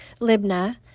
Libna